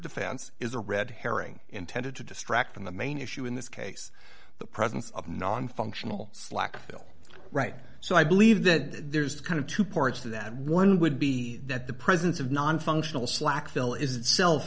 defense is a red herring intended to distract from the main issue in this case the presence of nonfunctional slack bill right so i believe that there's kind of two ports to that one would be that the presence of nonfunctional slack bill is itself